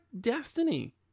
Destiny